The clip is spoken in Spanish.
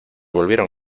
volvieron